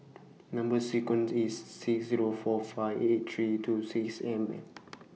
Number sequence IS six Zero four five eight three two six M and